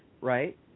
right